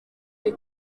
iri